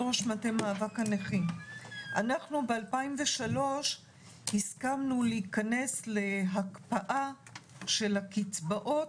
אנחנו ב-2003 הסכמנו להיכנס להקפאה של הקצבאות,